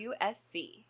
USC